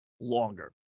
longer